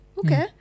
okay